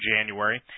January